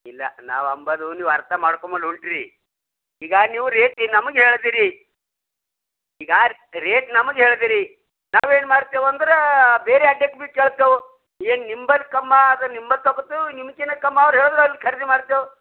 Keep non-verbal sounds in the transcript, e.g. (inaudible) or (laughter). ಇಲ್ಲ ನಾವು ಅಂಬೋದು ನೀವು ಅರ್ಥ ಮಾಡ್ಕೋಮಲ್ ಉಳ್ಟ ರೀ ಈಗ ನೀವು ರೇಟ್ ನಮ್ಗೆ ಹೇಳಿದಿರಿ ಈಗ ರೇಟ್ ನಮ್ಗೆ ಹೇಳಿದಿರಿ ನಾವೇನು ಮಾಡ್ತೇವೆ ಅಂದ್ರೆ ಬೇರೆ (unintelligible) ಭೀ ಕೇಳ್ತೇವೆ ಏನು ನಿಂಬಲ್ಲಿ ಕಮ್ಮಿ ಆದ್ರೆ ನಿಂಬಲ್ಲಿ ತಗೊತೇವೆ ನಿಮ್ಗಿನ್ನ ಕಮ್ಮಿ ಅವ್ರು ಹೇಳ್ದ್ರೆ ಅಲ್ಲಿ ಖರೀದಿ ಮಾಡ್ತೇವೆ